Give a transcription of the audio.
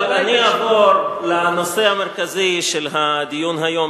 אבל אני אעבור לנושא המרכזי של הדיון היום,